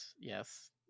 yes